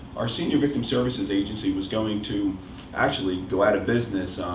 our senior victim services agency was going to actually go out of business,